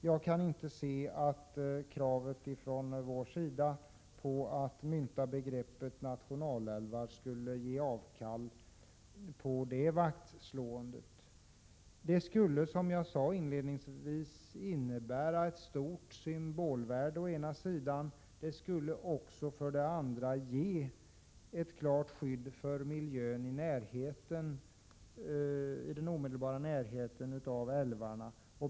Jag kan inte se att kravet från vår sida, att man skall mynta begreppet nationalälvar, skulle betyda att vi ger avkall på det vaktslåendet. Det skulle, som jag sade tidigare, ha ett stort symbolvärde, och det skulle också ge ett klart skydd för miljön i den omedelbara närheten av älvarna.